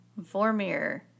Vormir